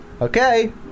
Okay